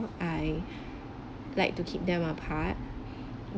I like to keep them apart